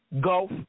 Gulf